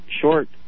short